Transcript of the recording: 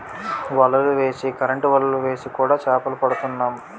వలలు వేసి కరెంటు వలలు వేసి కూడా చేపలు పడుతున్నాం